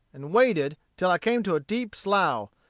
and waded till i came to a deep slough,